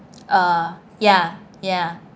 uh ya ya